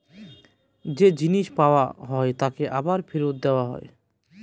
যে জিনিস পাওয়া হয় তাকে আবার ফেরত দেওয়া হয়